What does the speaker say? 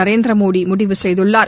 நரேந்திர மோடி முடிவு செய்துள்ளார்